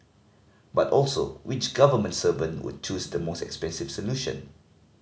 but also which government servant would choose the most expensive solution